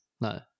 No